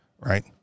right